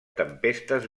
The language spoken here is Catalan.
tempestes